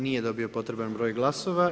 Nije dobio potreban broj glasova.